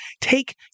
take